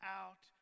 out